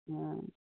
हाँ